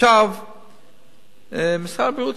משרד הבריאות,